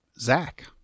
Zach